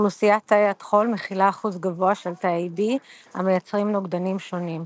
אוכלוסיית תאי הטחול מכילה אחוז גבוה של תאי B המייצרים נוגדנים שונים.